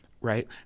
right